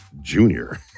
Junior